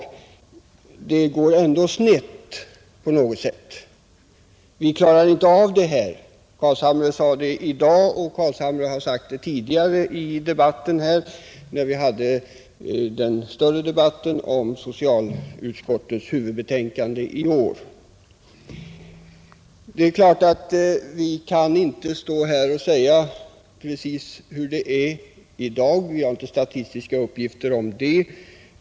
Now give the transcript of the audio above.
Det går ändå snett på något sätt. Vi klarar inte upp det här. Herr Carlshamre sade det i dag, och han har sagt det tidigare när vi hade debatten om socialutskottets huvudbetänkande i år. Det är klart att vi inte här kan säga precis hur det är i dag. Vi har inte statistiska uppgifter om det.